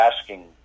asking